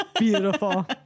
beautiful